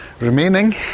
remaining